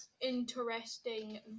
interesting